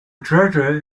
treasure